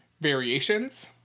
variations